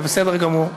זה בסדר גמור.